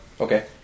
Okay